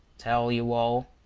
tell you all?